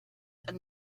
and